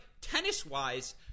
tennis-wise—